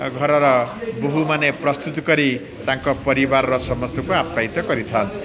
ଘରର ବୋହୂମାନେ ପ୍ରସ୍ତୁତ କରି ତାଙ୍କ ପରିବାରର ସମସ୍ତଙ୍କୁ ଆପୟିତ କରିଥାନ୍ତି